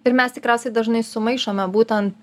ir mes tikriausiai dažnai sumaišome būtent